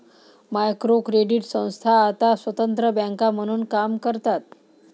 micro credit संस्था आता स्वतंत्र बँका म्हणून काम करतात